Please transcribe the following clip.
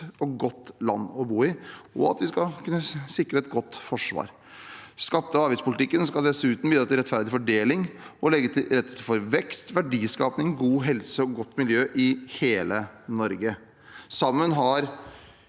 og godt land å bo i, og for at vi skal kunne sikre et godt forsvar. Skatte- og avgiftspolitikken skal dessuten bidra til rettferdig fordeling og legge til rette for vekst, verdiskaping, god helse og godt miljø i hele Norge. Sammen med